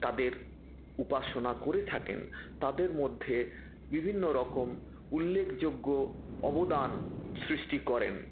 তাদের উপাসনা করে থাকেন তাদের মধ্যে বিভিন্ন রকম উল্লেখযোগ্য অবদান সৃষ্টি করেন